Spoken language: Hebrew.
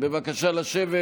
בבקשה לשבת.